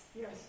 yes